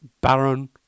Baron